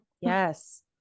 Yes